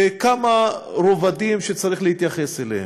בכמה רבדים שצריך להתייחס אליהם.